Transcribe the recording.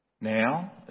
now